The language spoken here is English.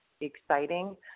exciting